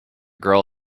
girl